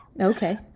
Okay